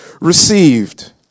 received